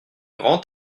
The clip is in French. grand